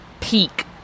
peak